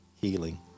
healing